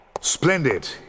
Splendid